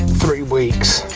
three weeks!